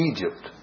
Egypt